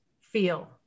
feel